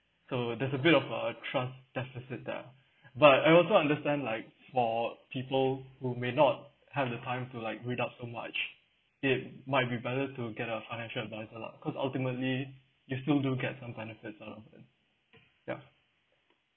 so that's a bit of a trust deficit there but I also understand like for people who may not have the time to like read up so much it might be better to get a financial adviser lah cause ultimately you still do get some benefit out of it ya